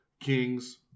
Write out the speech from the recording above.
kings